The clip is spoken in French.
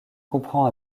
comprend